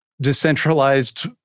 decentralized